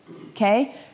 Okay